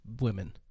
women